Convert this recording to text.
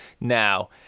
now